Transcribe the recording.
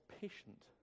patient